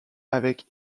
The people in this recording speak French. avec